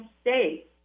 states